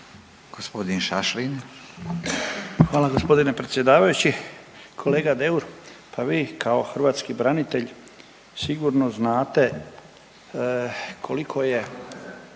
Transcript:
Stipan (HDZ)** Hvala g. predsjedavajući. Kolega Deur pa vi kao hrvatski branitelj sigurno znate koliko je